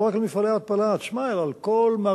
לא רק למפעלי ההתפלה עצמם,